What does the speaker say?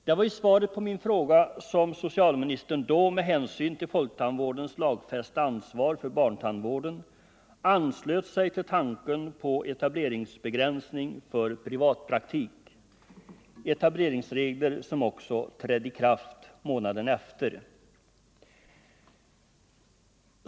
Det var i svaret på min fråga som socialministern då, med hänsyn till folktandvårdens lagfästa ansvar för barntandvården, anslöt sig till tanken på etableringsbegränsning för privatpraktik, etableringsregler som också trädde i kraft månaden efter.